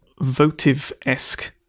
votive-esque